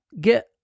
get